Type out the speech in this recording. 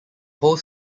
whole